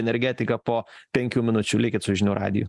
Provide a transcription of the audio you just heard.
energetiką po penkių minučių likit su žinių radiju